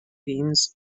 beans